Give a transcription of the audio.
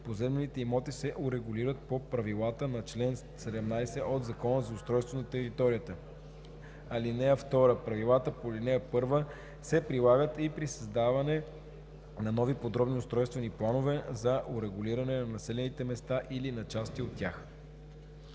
поземлените имоти се урегулират по правилата на чл. 17 от Закона за устройство на територията. (2) Правилата на ал. 1 се прилагат и при създаване на нови подробни устройствени планове за урегулиране на населени места или на части от тях.“